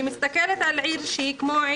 אני מסתכל על העיר נצרת: